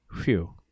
Phew